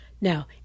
Now